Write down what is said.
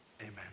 Amen